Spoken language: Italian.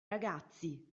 ragazzi